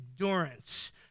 endurance